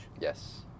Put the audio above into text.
Yes